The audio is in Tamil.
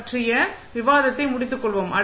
பற்றிய விவாதத்தை முடித்து கொள்வோம்